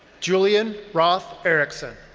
julian roth ericson.